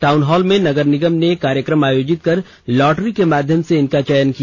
town hall में नगर निगम ने कार्यक्रम आयोजित कर लॉटरी के माध्यम से इनका चयन किया